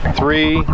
three